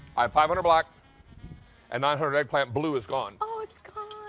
i have five hundred black and nine hundred eggplant. blue is gone. oh, it's gone.